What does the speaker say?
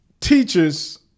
teachers